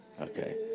okay